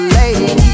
lady